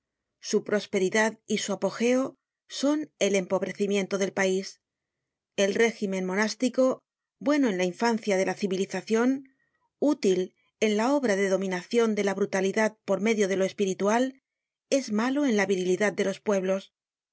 su prosperidad y su apogeo son el empobrecimiento del pais el régimen monástico bueno en la infancia de la civilizacion útil en la obra de dominacion de la brutalidad por medio de lo espiritual es malo en la virilidad de los pueblos